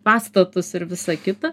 pastatus ir visa kita